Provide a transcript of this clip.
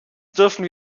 dürfen